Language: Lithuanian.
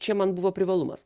čia man buvo privalumas